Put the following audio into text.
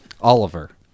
Oliver